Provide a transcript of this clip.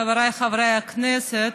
חבריי חברי הכנסת,